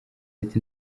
ati